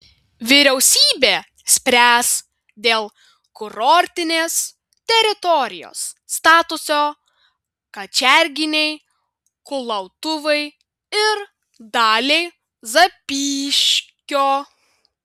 vyriausybė spręs dėl kurortinės teritorijos statuso kačerginei kulautuvai ir daliai zapyškio